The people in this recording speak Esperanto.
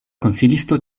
konsilisto